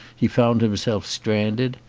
he found himself stranded.